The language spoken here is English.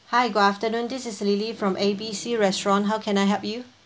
hi good afternoon this is lily from A B C restaurant how can I help you